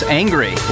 angry